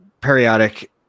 periodic